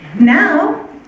Now